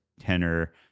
tenor